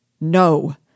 No